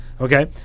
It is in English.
Okay